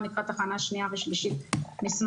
לקראת הכנה לקריאה השנייה והשלישית נשמח